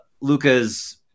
Luca's